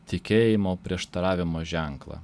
tikėjimo prieštaravimo ženklą